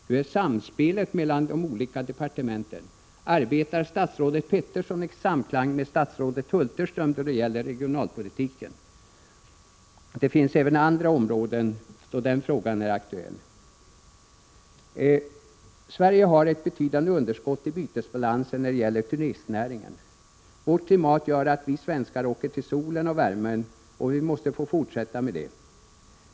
Hur är samspelet mellan de olika departementen? Arbetar statsrådet Peterson i samklang med statsrådet Hulterström då det gäller regionalpolitiken? Det finns även andra områden där den frågan är aktuell. Sverige har ett betydande underskott i bytesbalansen när det gäller turistnäringen. Vårt klimat gör att vi svenskar åker till solen och värmen, och det måste vi få fortsätta med.